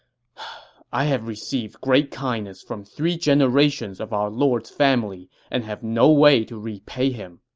i have received great kindness from three generations of our lord's family and have no way to repay him,